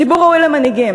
הציבור ראוי למנהיגים,